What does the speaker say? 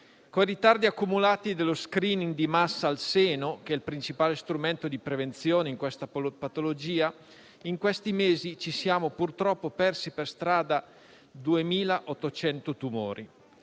Con i ritardi accumulati dallo *screening* di massa al seno, che è il principale strumento di prevenzione nella relativa patologia, in questi mesi ci siamo purtroppo persi per strada 2.800 tumori.